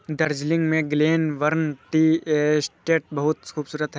दार्जिलिंग में Glenburn tea estate बहुत खूबसूरत है